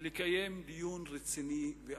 לקיים דיון רציני ואמיתי.